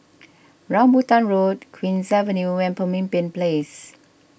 Rambutan Road Queen's Avenue and Pemimpin Place